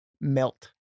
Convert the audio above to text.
melt